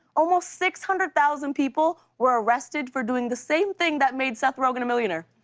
almost six hundred thousand people were arrested for doing the same thing that made seth rogen a millionaire.